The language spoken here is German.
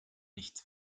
nichts